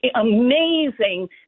amazing